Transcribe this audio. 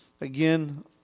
Again